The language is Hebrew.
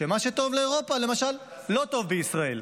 שמה שטוב לאירופה, למשל, לא טוב בישראל.